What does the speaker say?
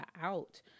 out